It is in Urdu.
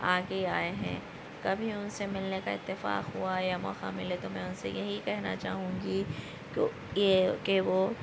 آگے آئے ہیں کبھی ان سے ملنے کا اتفاق ہوا یا موقع ملے تو میں ان سے یہی کہنا چاہوں گی کہ یہ کہ وہ